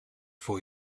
for